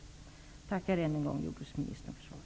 Jag tackar än en gång jordbruksministern för svaret.